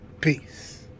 peace